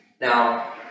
Now